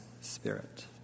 spirit